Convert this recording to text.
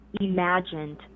imagined